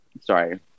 sorry